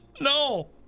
No